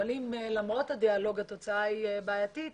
אבל אם למרות הדיאלוג התוצאה היא בעייתית,